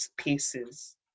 spaces